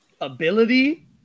ability